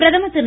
பிரதமர் திரு